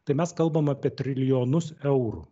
tai mes kalbam apie trilijonus eurų